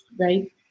right